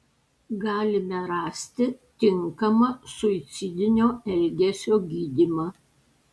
galime rasti tinkamą suicidinio elgesio gydymą